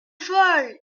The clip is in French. folle